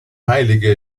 heilige